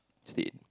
stay in